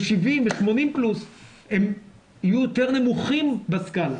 70 ו-80 פלוס יהיו יותר נמוכים בסקאלה,